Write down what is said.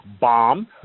bomb